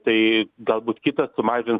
tai galbūt kitas sumažins